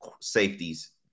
safeties